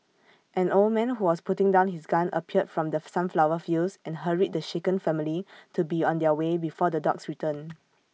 an old man who was putting down his gun appeared from the sunflower fields and hurried the shaken family to be on their way before the dogs return